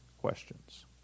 questions